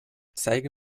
zeige